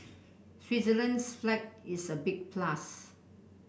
Switzerland's flag is a big plus